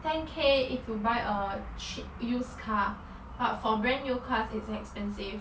ten k if you buy a che~ used car but for brand new cars it's expensive